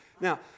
Now